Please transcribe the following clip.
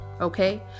okay